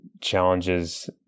challenges